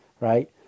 right